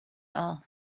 all